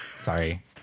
Sorry